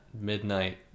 midnight